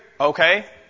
okay